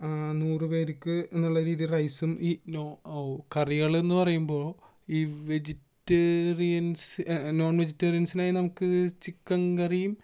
അപ്പോൾ ഒരു നൂറുപേർക്കെന്ന് ഉള്ള രീതിയിൽ റൈസും ഈ കറികളെന്ന് പറയുമ്പോൾ ഈ വെജിറ്റേറിയൻസ് നോൺ വെജിറ്റേറിയൻസിനായി നമുക്ക് ചിക്കൻ കറിയും